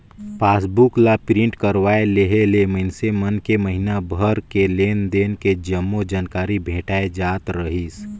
passbook ला print करवाये लेहे ले मइनसे मन के महिना भर के लेन देन के जम्मो जानकारी भेटाय जात रहीस